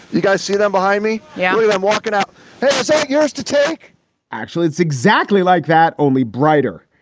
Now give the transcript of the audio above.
you guys see them behind me? yeah. mean, i'm walking up so yours to take actually, it's exactly like that. only brighter.